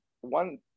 One